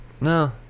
No